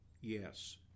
yes